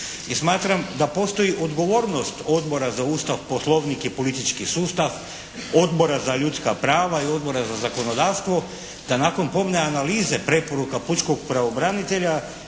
smatram da postoji odgovornost Odbora za Ustav, poslovnik i politički sustav, Odbora za ljudska prava i Odbora za zakonodavstvo da nakon pomne analize preporuka pučkog pravobranitelja